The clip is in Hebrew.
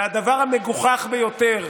והדבר המגוחך ביותר,